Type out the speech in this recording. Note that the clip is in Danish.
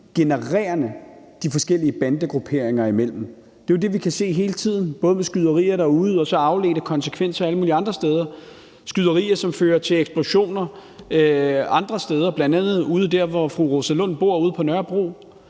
konfliktgenererende de forskellige bandegrupperinger imellem. Det er jo det, vi kan se hele tiden, både med skyderier derude og så afledte konsekvenser alle mulige andre steder, f.eks. skyderier, og som fører til eksplosioner andre steder, bl.a. der, hvor fru Rosa Lund bor, ude på Nørrebro.